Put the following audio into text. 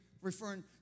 referring